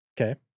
Okay